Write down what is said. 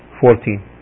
Fourteen